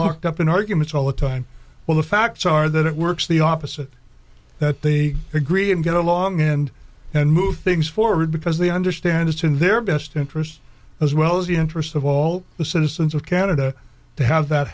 mucked up in arguments all the time when the facts are that it works the opposite that they agree and get along and and move things forward because they understand it's in their best interests as well as the interests of all the citizens of canada to have that